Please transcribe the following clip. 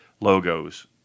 logos